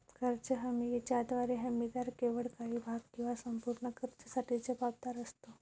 कर्ज हमी ज्याद्वारे हमीदार केवळ काही भाग किंवा संपूर्ण कर्जासाठी जबाबदार असतो